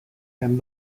and